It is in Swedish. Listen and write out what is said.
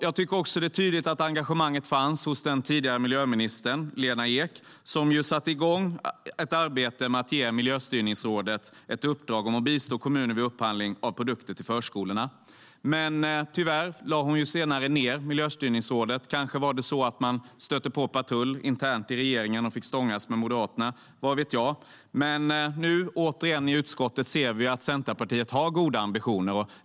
Det är också tydligt att engagemanget fanns hos den tidigare miljöministern Lena Ek, som satte igång ett arbete med att ge Miljöstyrningsrådet ett uppdrag att bistå kommuner vid upphandling av produkter till förskolorna. Tyvärr lade hon senare ned Miljöstyrningsrådet. Kanske var det så att man stötte på patrull internt i regeringen och fick stångas med Moderaterna - vad vet jag? Men nu ser vi återigen i utskottet att Centerpartiet har goda ambitioner.